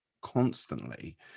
constantly